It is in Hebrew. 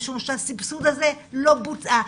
משום שהסבסוד הזה לא בוצע,